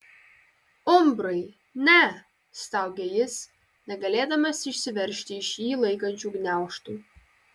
umbrai ne staugė jis negalėdamas išsiveržti iš jį laikančių gniaužtų